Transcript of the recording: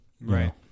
right